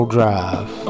drive